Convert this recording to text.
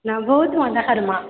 ନା ବହୁତ ମଜା କର୍ମା